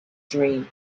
dream